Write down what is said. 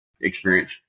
experience